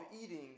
eating